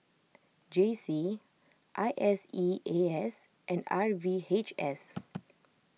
J C I S E A S and R V H S